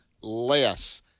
less